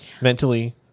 Mentally